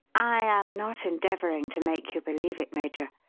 i am not endeavouring to make you believe it, major.